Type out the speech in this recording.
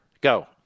go